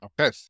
Okay